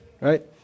right